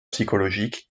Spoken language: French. psychologique